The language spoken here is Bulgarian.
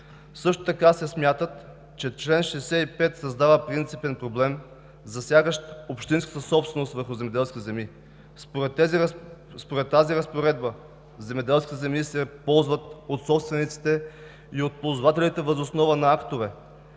Също така смятат, че чл. 65 създава принципен проблем, засягащ общинската собственост върху земеделски земи. Според тази разпоредба земеделските земи се ползват от собствениците и от ползвателите въз основа на актове,